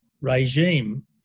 regime